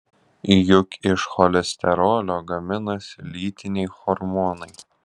juk iš cholesterolio gaminasi lytiniai hormonai